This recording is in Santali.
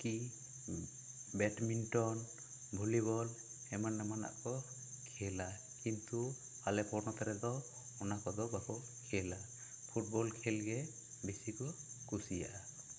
ᱦᱚᱠᱤ ᱵᱮᱴᱢᱤᱱᱴᱚᱱ ᱵᱷᱚᱞᱤᱵᱚᱞ ᱮᱢᱟᱱ ᱮᱢᱟᱱᱟᱜ ᱠᱚ ᱠᱷᱮᱞᱟ ᱠᱤᱱᱛᱩ ᱟᱞᱮ ᱯᱚᱱᱚᱛ ᱨᱮ ᱫᱚ ᱚᱱᱟ ᱠᱚᱫᱚ ᱵᱟᱠᱚ ᱠᱷᱮᱞᱟ ᱯᱷᱩᱴᱵᱚᱞ ᱠᱷᱮᱞ ᱜᱮ ᱵᱮᱥᱤ ᱠᱚ ᱠᱩᱥᱤᱭᱟᱜ ᱟ